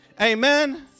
Amen